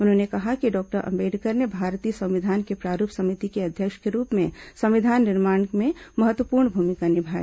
उन्होंने कहा है कि डॉक्टर अंबेडकर ने भारतीय संविधान के प्रारूप समिति के अध्यक्ष के रूप में संविधान निर्माण में महत्वपूर्ण भूमिका निभाई